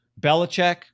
Belichick